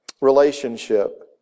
relationship